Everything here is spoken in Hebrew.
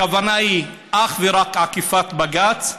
הכוונה היא אך ורק עקיפת בג"ץ.